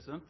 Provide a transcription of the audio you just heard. er